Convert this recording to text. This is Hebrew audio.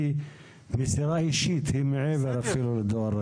היא מסירה אישית, היא אפילו מעבר לדואר רשום.